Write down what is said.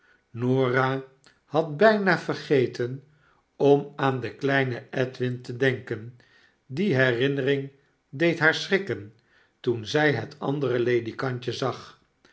norah had byna vergeten om aan den kleinen edwin te denken die herinnering deed haar schrikken toen zy het andere ledikantje zag